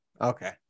Okay